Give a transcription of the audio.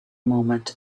moment